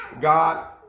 God